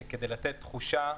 כדי לתת תחושה,